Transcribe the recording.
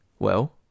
Well